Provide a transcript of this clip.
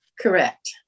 Correct